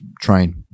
train